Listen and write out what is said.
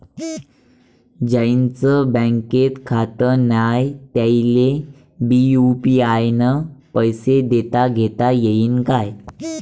ज्याईचं बँकेत खातं नाय त्याईले बी यू.पी.आय न पैसे देताघेता येईन काय?